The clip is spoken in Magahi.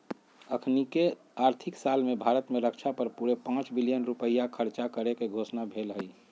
अखनीके आर्थिक साल में भारत में रक्षा पर पूरे पांच बिलियन रुपइया खर्चा करेके घोषणा भेल हई